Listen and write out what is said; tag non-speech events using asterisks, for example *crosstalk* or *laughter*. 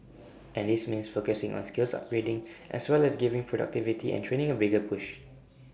and this means focusing on skills upgrading as well as giving productivity and training A bigger push *noise*